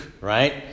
right